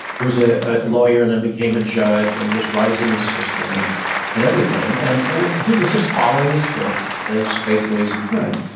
was a lawyer and then became a judge and was rising the system and and everything, and and he was just following the script as faithfully as he could.